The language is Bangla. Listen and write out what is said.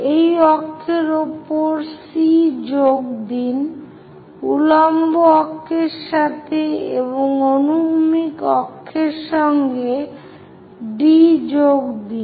এই অক্ষের উপর C যোগ দিন উল্লম্ব অক্ষের সাথে এবং অনুভূমিক অক্ষের সঙ্গে D যোগ দিন